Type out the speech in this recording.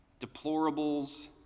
deplorables